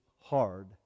hard